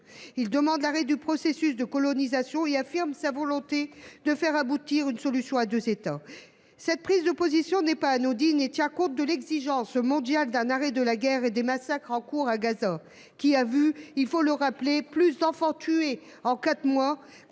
demande l’arrêt du processus de colonisation et affirme sa volonté de faire aboutir une solution à deux États. Cette prise de position n’est pas anodine. Elle tient compte de l’exigence mondiale d’un arrêt de la guerre et des massacres en cours à Gaza où, il faut le rappeler, plus d’enfants ont été tués en quatre mois